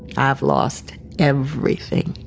i've lost everything